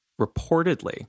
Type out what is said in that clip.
Reportedly